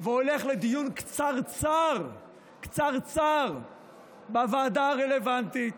והולך לדיון קצרצר בוועדה הרלוונטית,